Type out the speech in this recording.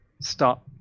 stop